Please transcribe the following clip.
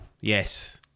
yes